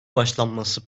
başlanması